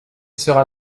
sera